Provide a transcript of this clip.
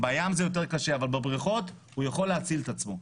אמנם בים זה יותר קשה אבל בבריכות הוא יכול להציל את עצמו.